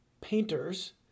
painters